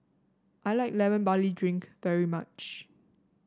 I like Lemon Barley Drink very much